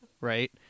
right